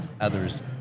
others